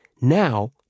Now